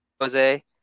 Jose